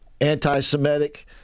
anti-Semitic